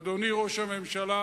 אדוני ראש הממשלה,